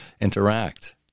interact